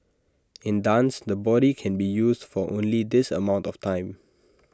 in dance the body can be used for only this amount of time